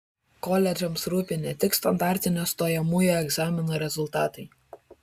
koledžams rūpi ne tik standartinio stojamųjų egzamino rezultatai